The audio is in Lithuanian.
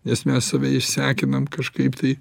nes mes save išsekinam kažkaip tai